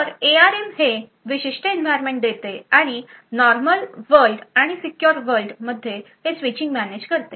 तर एआरएम हे विशिष्ट एन्व्हायरमेंट देते आणि नॉर्मल वर्ल्ड आणि सीक्युर वर्ल्ड मध्ये हे स्विचिंग मॅनेज करते